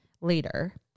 later